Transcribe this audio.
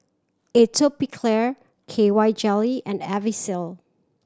Atopiclair K Y Jelly and Vagisil